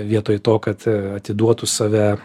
vietoj to kad atiduotų save